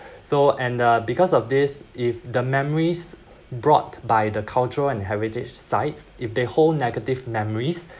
so and uh because of this if the memories brought by the cultural and heritage sites if they hold negative memories